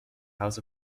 house